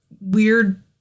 weird